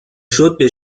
شد، به